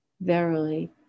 Verily